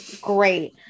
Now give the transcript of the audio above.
Great